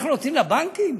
אנחנו נותנים לבנקים?